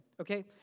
okay